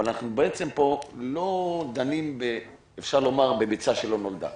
אבל אנחנו לא דנים פה בביצה שלא נולדה.